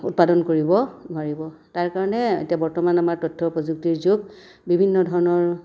উৎপাদন কৰিব নোৱাৰিব তাৰ কাৰণে এতিয়া বৰ্তমান আমাৰ তথ্য প্ৰযুক্তিৰ যুগ বিভিন্ন ধৰণৰ